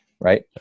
Right